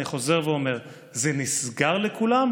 אני חוזר ואומר: זה נסגר לכולם,